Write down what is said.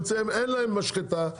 אין להם משחטה,